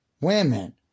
women